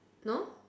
no